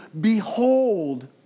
behold